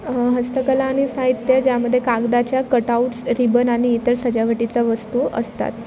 हस्तकला आणि साहित्य ज्यामध्ये कागदाच्या कटाऊट्स रिबन आणि इतर सजावटीचा वस्तू असतात